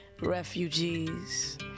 refugees